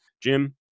Jim